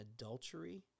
adultery